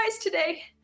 today